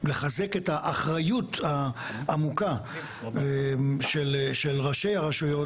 לחזק את האחריות העמוקה של ראשי הרשויות